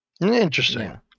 Interesting